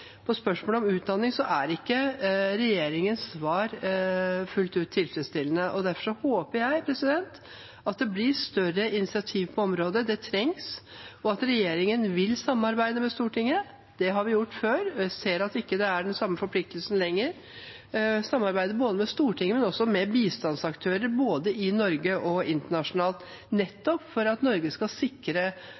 på spørsmål om utdanning er ikke regjeringens svar fullt ut tilfredsstillende. Derfor håper jeg at det blir større initiativ på området, for det trengs, og at regjeringen vil samarbeide med Stortinget. Det har vi gjort før, og jeg ser at det ikke er den samme forpliktelsen lenger. Jeg håper at regjeringen vil samarbeide med Stortinget, men også med bistandsaktører, både i Norge og internasjonalt, nettopp for å sikre at Norge